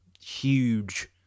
huge